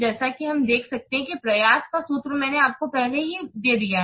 जैसा कि हम देख सकते हैं कि प्रयास का सूत्र मैंने आपको पहले ही दे दिया है